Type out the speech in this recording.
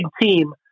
team